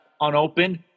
unopened